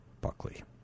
Buckley